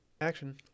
Action